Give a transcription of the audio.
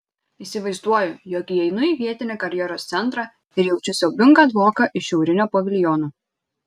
įsivaizduoju jog įeinu į vietinį karjeros centrą ir jaučiu siaubingą dvoką iš šiaurinio paviljono